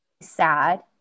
sad